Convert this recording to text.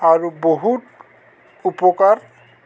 আৰু বহুত উপকাৰ